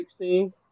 16